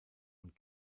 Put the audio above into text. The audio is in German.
und